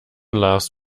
loves